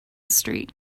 street